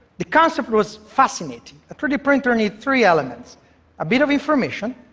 the concept was fascinating. a three d printer needs three elements a bit of information,